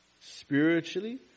Spiritually